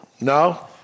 No